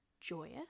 joyous